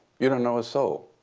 you don't know a soul.